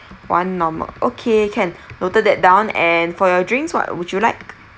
one normal okay can noted that down and for your drinks what would you like